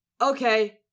okay